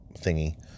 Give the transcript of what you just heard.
thingy